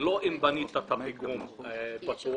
לא אם בנית את הפיגום בטוח,